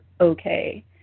okay